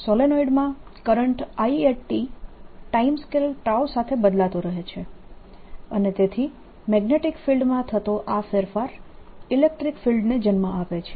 સોલેનોઇડમાં current I time scale સાથે બદલાતો રહે છે અને તેથી મેગ્નેટીક ફિલ્ડમાં થતો આ ફેરફાર ઇલેક્ટ્રીક ફિલ્ડને જન્મ આપે છે